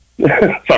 Sorry